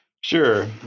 Sure